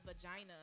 vagina